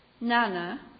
Nana